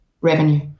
revenue